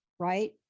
right